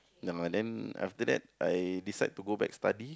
ya then after that I decide to go back study